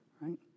right